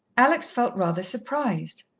alex felt rather surprised.